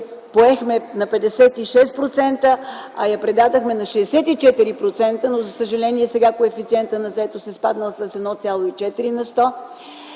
поехме на 56%, а го предадохме на 64%, но, за съжаление, сега коефициентът на заетост е спаднал с 1,4 на сто.